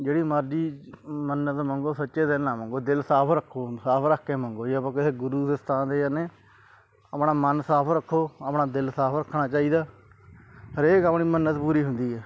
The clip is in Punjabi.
ਜਿਹੜੀ ਮਰਜ਼ੀ ਮੰਨਤ ਮੰਗੋ ਸੱਚੇ ਦਿਲ ਨਾਲ ਮੰਗੋ ਦਿਲ ਸਾਫ ਰੱਖੋ ਸਾਫ ਰੱਖ ਕੇ ਮੰਗੋ ਜੇ ਆਪਾਂ ਕਿਸੇ ਗੁਰੂ ਦੇ ਸਥਾਨ 'ਤੇ ਜਾਂਦੇ ਆਪਣਾ ਮਨ ਸਾਫ ਰੱਖੋ ਆਪਣਾ ਦਿਲ ਸਾਫ ਰੱਖਣਾ ਚਾਹੀਦਾ ਹਰੇਕ ਆਪਣੀ ਮੰਨਤ ਪੂਰੀ ਹੁੰਦੀ ਆ